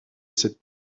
cette